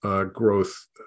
growth